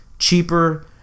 Cheaper